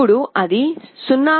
ఇప్పుడు అది 0